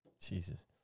Jesus